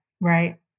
Right